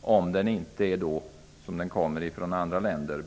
om det inte är fråga om behandlad frukt från andra länder.